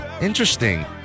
Interesting